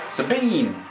Sabine